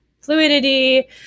fluidity